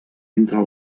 entre